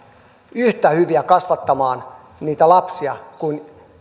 yhtä hyviä kasvattamaan niitä lapsia kuin